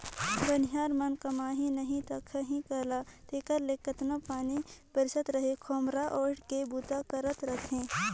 बनिहार मन कमाही नही ता खाही काला तेकर ले केतनो पानी बरसत रहें खोम्हरा ओएढ़ के बूता करत रहथे